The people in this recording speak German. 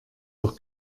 doch